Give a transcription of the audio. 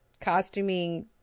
Costuming